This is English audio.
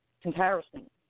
Comparison